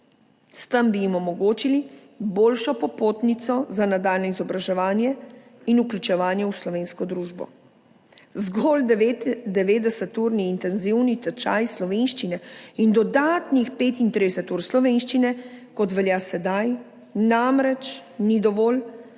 S tem bi jim omogočili boljšo popotnico za nadaljnje izobraževanje in vključevanje v slovensko družbo. Zgolj 90-urni intenzivni tečaj slovenščine in dodatnih 35 ur slovenščine, kot velja sedaj, namreč ni dovolj